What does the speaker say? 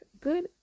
Good